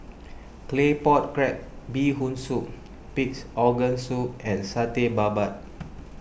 Claypot Crab Bee Hoon Soup Pig's Organ Soup and Satay Babat